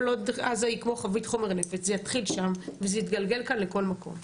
כל עוד עזה היא כמו חבית חומר נפץ זה יתחיל שם וזה יתגלגל לכל מקום.